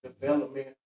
development